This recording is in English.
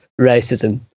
racism